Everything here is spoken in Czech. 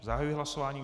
Zahajuji hlasování.